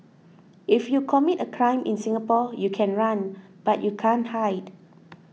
if you commit a crime in Singapore you can run but you can't hide